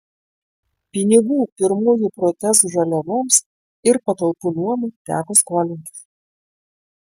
pinigų pirmųjų protezų žaliavoms ir patalpų nuomai teko skolintis